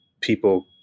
people